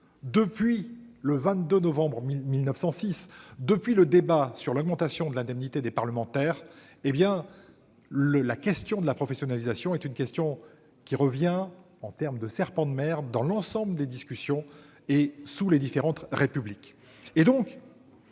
depuis le 22 novembre 1906, depuis le débat sur l'augmentation de l'indemnité des parlementaires, la question de la professionnalisation revient comme un serpent de mer dans l'ensemble des discussions, sous les différentes Républiques.